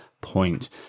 point